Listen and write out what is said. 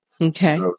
Okay